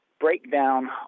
breakdown